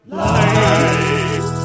life